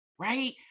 Right